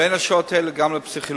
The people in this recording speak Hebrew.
מבין השעות האלה גם פסיכולוגים.